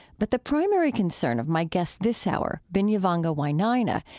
but the primary concern of my guest this hour, binyavanga wainaina,